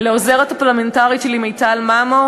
לעוזרת הפרלמנטרית שלי מיטל ממו